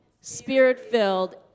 spirit-filled